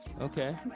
Okay